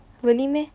really meh